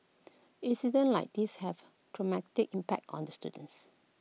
incidents like these have A traumatic impact on the students